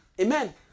Amen